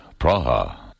Praha